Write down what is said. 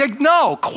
No